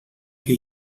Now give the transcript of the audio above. que